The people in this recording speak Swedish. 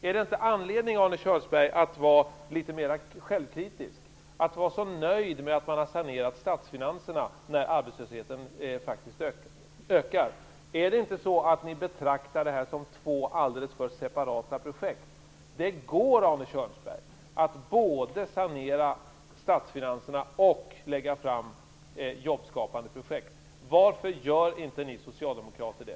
Är det inte anledning, Arne Kjörnsberg, att vara litet mera självkritisk? Hur kan man vara så nöjd med att man har sanerat statsfinanserna när arbetslösheten faktiskt ökar? Är det inte så att ni betraktar dessa som två alldeles separata projekt? Det går att både sanera statsfinanserna och lägga fram jobbskapande projekt. Varför gör inte ni socialdemokrater det?